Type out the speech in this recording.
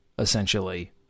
essentially